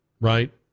right